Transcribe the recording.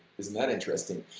isn't that interesting?